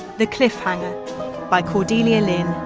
the cliffhanger by cordelia lynn.